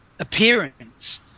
Appearance